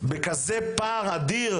בכזה פער אדיר,